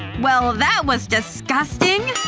well, that was disgusting.